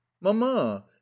mamma